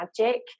magic